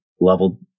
level